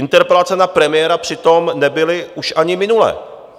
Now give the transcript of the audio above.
Interpelace na premiéra přitom nebyly už ani minule.